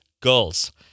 goals